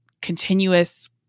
continuous